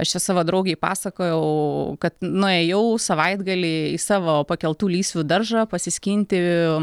aš čia savo draugei pasakojau kad nuėjau savaitgalį į savo pakeltų lysvių daržą pasiskinti